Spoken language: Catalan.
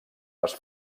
les